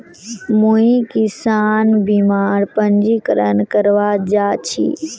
मुई किसान बीमार पंजीकरण करवा जा छि